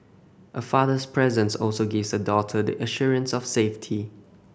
a father's presence also gives a daughter the assurance of safety